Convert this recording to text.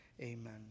amen